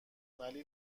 ولی